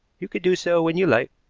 you can do so when you like,